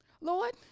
Lord